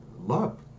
love